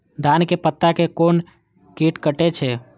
धान के पत्ता के कोन कीट कटे छे?